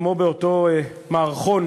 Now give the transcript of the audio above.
כמו באותו מערכון